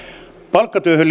palkkatyöhön